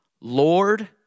Lord